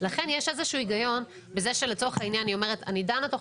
לכן יש איזה שהוא היגיון בזה שלצורך העניין היא אומרת אני דנה תוך